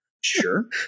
Sure